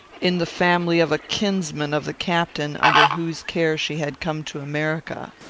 in the family of a kinsman of the captain under whose care she had come to america.